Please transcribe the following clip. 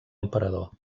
emperador